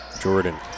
Jordan